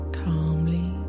calmly